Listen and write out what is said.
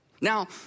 Now